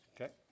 okay